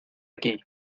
aquí